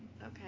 okay